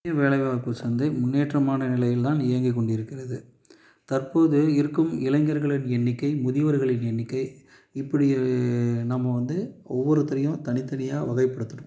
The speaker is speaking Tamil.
வேலைவாய்ப்பு சந்தை முன்னேற்றமான நிலையில் தான் இயங்கிக்கொண்டிருக்கிறது தற்போது இருக்கும் இளைஞர்களின் எண்ணிக்கை முதியவர்களின் எண்ணிக்கை இப்படி நம்ம வந்து ஒவ்வொருத்தரையும் தனி தனியாக வகைப்படுத்தணும்